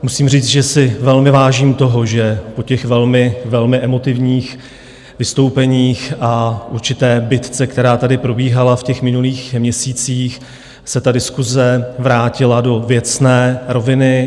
Musím říct, že si velmi vážím toho, že po těch velmi emotivních vystoupeních a určité bitce, která tady probíhala v minulých měsících, se diskuse vrátila do věcné roviny.